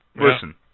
Listen